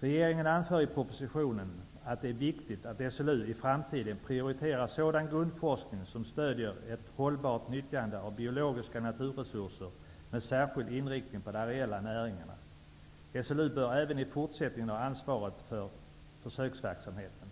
Regeringen anför i propositionen att det är viktigt att SLU i framtiden prioriterar sådan grundforskning som stödjer ett hållbart nyttjande av biologiska naturresurser med särskild inriktning på de areella näringarna. SLU bör även i fortsättningen ha ansvaret för försöksverksamheten.